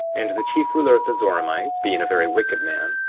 and the chief ruler of the zoramites, being a very wicked man,